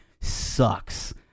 sucks